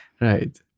Right